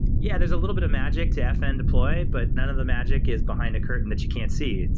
yeah, there's a little bit of magic to fn deploy, but none of the magic is behind a curtain that you can't see.